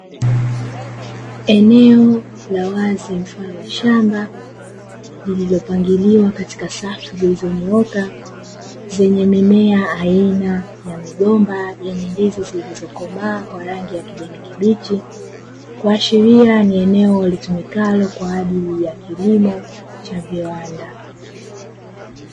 Eneo la wazi mfano wa shamba lililopangiliwa katika safu zilizonyooka, zenye mimea aina ya migomba yenye ndizi zilizokomaa kwa rangi ya kijani kibichi, kuashiria ni eneo litumikalo kwa ajili ya kilimo cha viwanda.